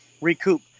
recoup